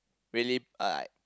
really like